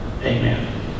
Amen